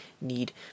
need